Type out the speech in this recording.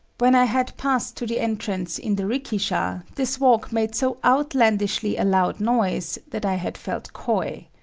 when i had passed to the entrance in the rikisha, this walk made so outlandishly a loud noise that i had felt coy.